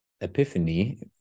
epiphany